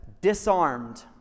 disarmed